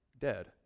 dead